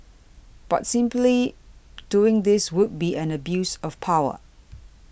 but simply doing this would be an abuse of power